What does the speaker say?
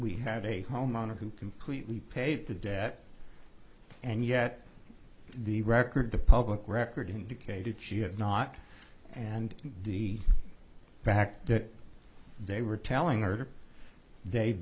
we have a homeowner who completely paid the debt and yet the record the public record indicated she had not and the fact that they were telling her they